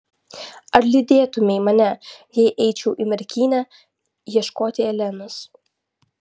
ar lydėtumei mane jei eičiau į merkinę ieškoti elenos